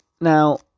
Now